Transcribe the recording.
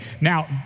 Now